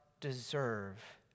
deserve